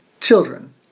children